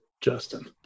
Justin